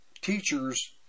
teachers